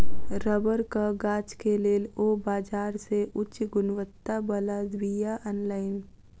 रबड़क गाछ के लेल ओ बाजार से उच्च गुणवत्ता बला बीया अनलैन